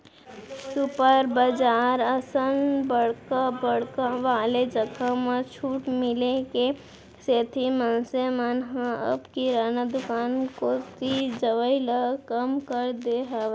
super बजार असन बड़का बड़का वाले जघा म छूट मिले के सेती मनसे मन ह अब किराना दुकान कोती जवई ल कम कर दे हावय